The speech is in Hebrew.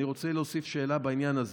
אני רוצה להוסיף שאלה בעניין הזה: